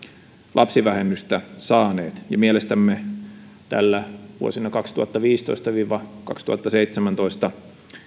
lapsivähennystä saaneet ja mielestämme tällä vuosina kaksituhattaviisitoista viiva kaksituhattaseitsemäntoista